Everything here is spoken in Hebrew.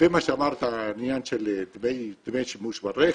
ומה שאמרת, העניין של דמי שימוש ברכב,